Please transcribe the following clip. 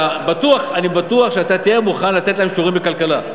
אני בטוח שאתה תהיה מוכן לתת להם שיעורים בכלכלה.